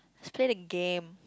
let's play the game